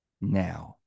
Now